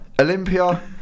Olympia